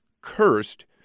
cursed